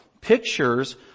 pictures